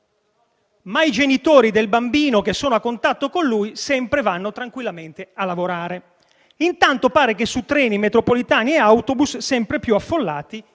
ma i genitori del bambino, che sono a contatto con lui, vanno sempre tranquillamente a lavorare; intanto pare che su treni, metropolitane e autobus sempre più affollati